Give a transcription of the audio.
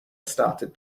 started